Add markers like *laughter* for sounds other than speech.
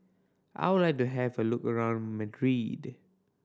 I would like to have a look around *unintelligible*